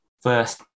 first